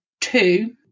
Two